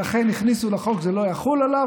ולכן הכניסו לחוק שזה לא יחול עליו.